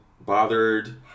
bothered